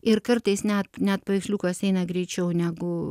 ir kartais net net paveiksliukas eina greičiau negu